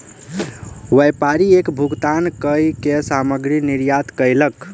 व्यापारी कर भुगतान कअ के सामग्री निर्यात कयलक